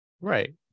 right